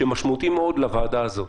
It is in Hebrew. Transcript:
שזה משמעותי מאוד לוועדה הזו,